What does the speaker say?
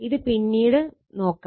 ഇത് നമുക്ക് പിന്നീട് നോക്കാം